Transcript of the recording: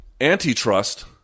Antitrust